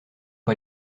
pas